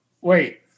Wait